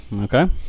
Okay